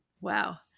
Wow